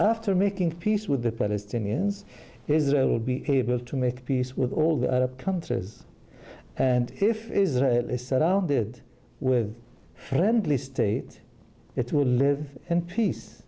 fter making peace with the palestinians israel will be able to make peace with all the countries and if israel is surrounded with friendly state it will live in peace